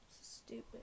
Stupid